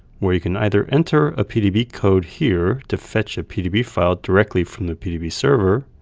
where you can either enter a pdb code here to fetch a pdb file directly from the pdb server,